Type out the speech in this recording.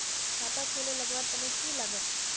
खाता खोले लगवार तने की लागत?